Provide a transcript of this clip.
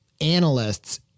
analysts